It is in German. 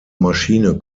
maschine